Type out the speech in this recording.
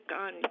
on